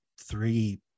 three